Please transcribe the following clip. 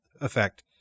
effect